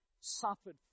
suffered